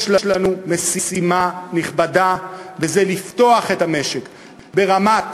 בשנים הקרובות יש לנו משימה נכבדה לפתוח את המשק ברמת